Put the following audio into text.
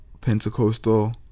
Pentecostal